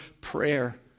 prayer